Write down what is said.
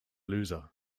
loser